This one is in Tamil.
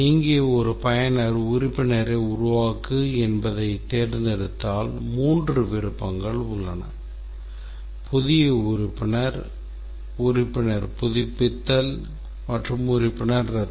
இங்கே ஒரு பயனர் உறுப்பினரை உருவாக்கு என்பதைத் தேர்ந்தெடுத்தால் மூன்று விருப்பங்கள் உள்ளன புதிய உறுப்பினர் உறுப்பினர் புதுப்பித்தல் மற்றும் உறுப்பினர் ரத்து